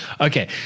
okay